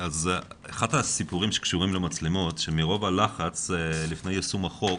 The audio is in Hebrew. אז אחד הסיפורים שקשורים למצלמות שמרוב הלחץ לפני יישום החוק,